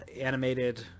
animated